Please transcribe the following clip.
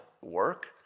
work